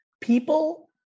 People